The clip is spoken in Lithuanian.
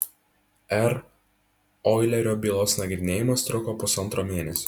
r oilerio bylos nagrinėjimas truko pusantro mėnesio